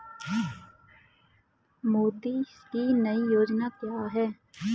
मोदी की नई योजना क्या है?